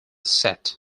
seth